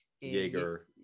jaeger